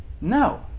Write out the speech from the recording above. No